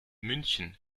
münchen